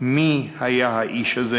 מי היה האיש הזה.